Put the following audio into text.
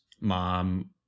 mom